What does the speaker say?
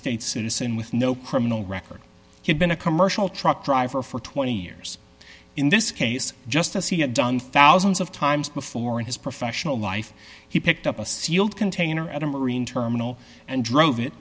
states citizen with no criminal record he'd been a commercial truck driver for twenty years in this case just as he had done thousands of times before in his professional life he picked up a sealed container at a marine terminal and drove it